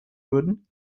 würden